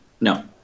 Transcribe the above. No